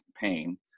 pain